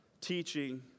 teaching